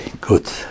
good